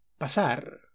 Pasar